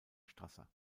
strasser